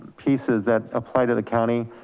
pieces that apply to the county.